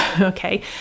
okay